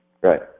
Right